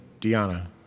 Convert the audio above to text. diana